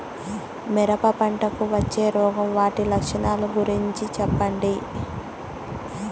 మిరప పంటకు వచ్చే రోగం వాటి లక్షణాలు గురించి చెప్పండి?